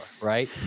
right